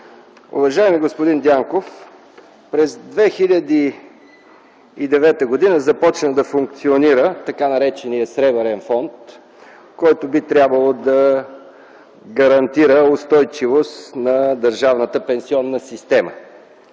Уважаеми господин Дянков, през 2009 г. започна да функционира тъй нареченият Сребърен фонд, който би трябвало да гарантира устойчивост на държавната пенсионна система.